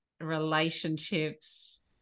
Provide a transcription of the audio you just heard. relationships